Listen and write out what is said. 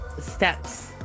steps